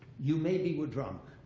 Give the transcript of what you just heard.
you maybe were drunk.